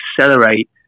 accelerate